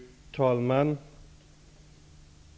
Fru talman!